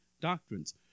doctrines